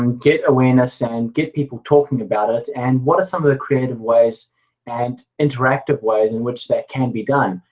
um get awareness and get people talking about it, and what are some of the creative ways and interactive ways in which that can be done?